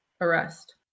arrest